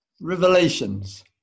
revelations